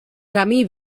camí